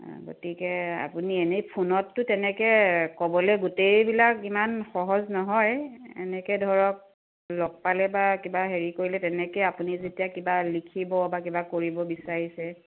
আ গতিকে আপুনি এনেই ফোনততো তেনেকৈ ক'বলৈ গোটেইবিলাক ইমান সহজ নহয় এনেকে ধৰক লগ পালে বা কিবা হেৰি কৰিলে তেনেকৈ আপুনি যেতিয়া কিবা লিখিব বা কিবা কৰিব বিচাৰিছে